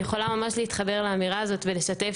אני יכולה ממש להתחבר לאמירה הזאת ולשתף